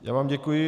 Já vám děkuji.